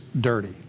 dirty